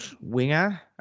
Winger